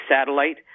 satellite